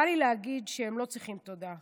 בא לי להגיד שהם לא צריכים תודה,